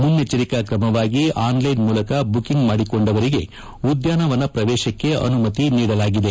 ಮುನ್ನೆಚ್ಚರಿಕಾ ಕ್ರಮವಾಗಿ ಅನ್ಲೈನ್ ಮೂಲಕ ಬುಕ್ಕಿಂಗ್ ಮಾಡಿಕೊಂಡವರಿಗೆ ಉದ್ಯಾನವನ ಪ್ರವೇಶಕ್ಕೆ ಅನುಮತಿ ನೀಡಲಾಗಿದೆ